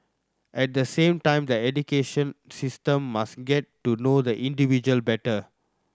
at the same time the education system must get to know the individual better